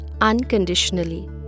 unconditionally